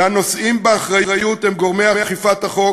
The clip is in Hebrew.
והנושאים באחריות הם גורמי אכיפת החוק,